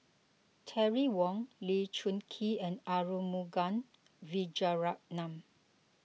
Terry Wong Lee Choon Kee and Arumugam Vijiaratnam